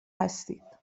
هستید